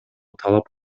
талап